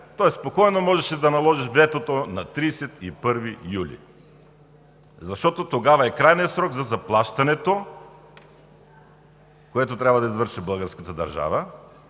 той спокойно можеше да наложи ветото на 31 юли 2019 г., защото тогава е крайният срок за заплащането, което трябва да извърши българската държава.